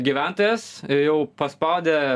gyventojas jau paspaudė